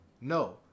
No